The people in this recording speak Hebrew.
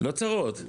לא צרות.